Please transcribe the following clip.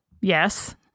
Yes